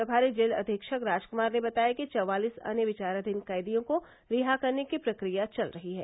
प्रमारी जेल अधीक्षक राज कमार ने बताया कि चवालीस अन्य विचाराधीन कैदियों को रिहा करने की प्रक्रिया चल रही है